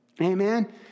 Amen